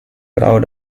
proud